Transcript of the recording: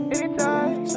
Anytime